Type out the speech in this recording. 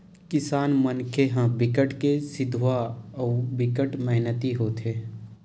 किसान मनखे मन ह बिकट के सिधवा अउ बिकट मेहनती होथे